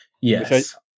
Yes